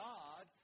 God